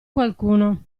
qualcuno